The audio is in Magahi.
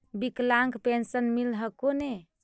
विकलांग पेन्शन मिल हको ने?